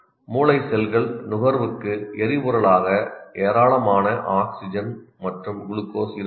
மூளை செல்கள் நுகர்வுக்கு எரிபொருளாக ஏராளமான ஆக்ஸிஜன் மற்றும் குளுக்கோஸ் இருக்க வேண்டும்